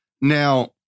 Now